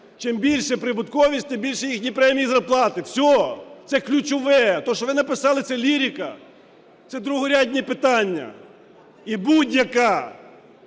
чим більше прибутковість, тим більші їхні премії, зарплати. Все, це ключове. Те, що ви написали – це лірика, це другорядні питання. І будь-яка